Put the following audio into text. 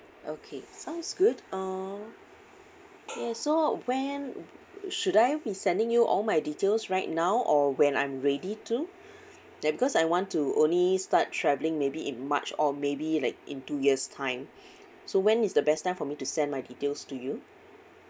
okay sounds good uh yes so when should I be sending you all my details right now or when I'm ready to like because I want to only start travelling maybe in march or maybe like in two years time so when is the best time for me to send my details to you